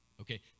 Okay